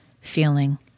feeling